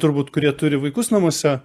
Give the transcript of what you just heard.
turbūt kurie turi vaikus namuose